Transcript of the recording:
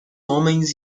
homens